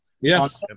Yes